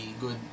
good